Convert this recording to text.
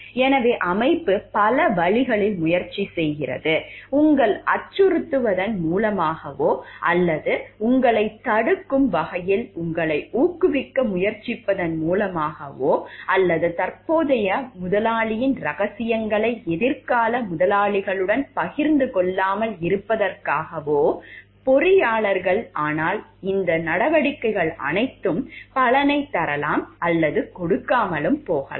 எனவே அமைப்பு பல வழிகளில் முயற்சி செய்யலாம் உங்களை அச்சுறுத்துவதன் மூலமாகவோ அல்லது உங்களைத் தடுக்கும் வகையில் உங்களை ஊக்குவிக்க முயற்சிப்பதன் மூலமாகவோ அல்லது தற்போதைய முதலாளியின் ரகசியங்களை எதிர்கால முதலாளிகளுடன் பகிர்ந்து கொள்ளாமல் இருப்பதற்காக பொறியாளர்கள் ஆனால் இந்த நடவடிக்கைகள் அனைத்தும் பலனைத் தரலாம் அல்லது கொடுக்காமல் போகலாம்